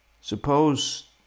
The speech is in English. Suppose